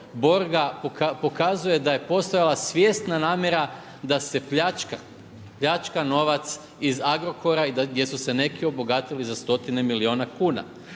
Borga pokazuje da je postojala svjesna namjera da se pljačka novac iz Agrokora i gdje su se neki obogatili za stotine milijuna kuna.